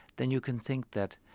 then you can think that,